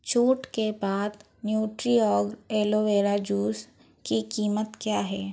छूट के बाद न्यूट्रीऑर्ग एलोवेरा जूस की कीमत क्या है